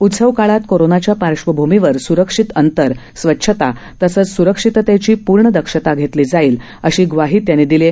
उत्सव काळात कोरानाच्या पार्श्वभूमीवर सुरक्षित अंतर स्वच्छता तसंच स्रक्षिततेची पूर्ण दक्षता घेतली जाईल अशी ग्वाही त्यांनी दिली आहे